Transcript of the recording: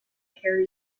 harry